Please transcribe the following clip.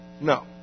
No